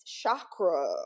Chakra